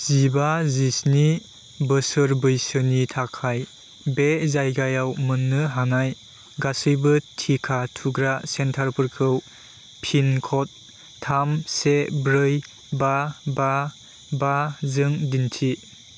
जिबा जिस्नि बोसोर बैसोनि थाखाय बे जायगायाव मोननो हानाय गासैबो टिका थुग्रा सेन्टारफोरखौ फिन क'ड थाम से ब्रै बा बा बा जों दिन्थि